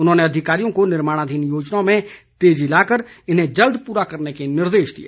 उन्होंने अधिकारियों को निर्माणाधीन योजनाओं में तेजी लाकर इन्हें जल्द पूरा करने के निर्देश दिए